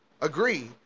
agree